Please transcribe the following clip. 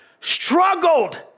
struggled